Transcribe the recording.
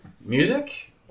Music